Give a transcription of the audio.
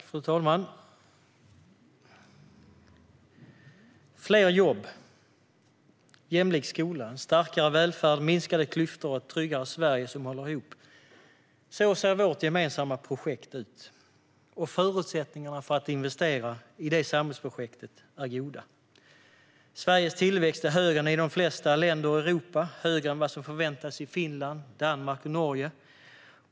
Fru talman! Fler jobb, jämlik skola, en starkare välfärd, minskade klyftor och ett tryggare Sverige som håller ihop, så ser vårt gemensamma projekt ut. Förutsättningarna för att investera i det samhällsprojektet är goda. Sveriges tillväxt är högre än i de flesta länder i Europa, och högre än vad som förväntas i Finland, Danmark och Norge.